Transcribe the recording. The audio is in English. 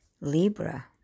Libra